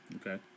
Okay